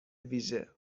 ویژه